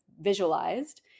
visualized